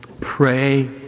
Pray